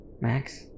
Max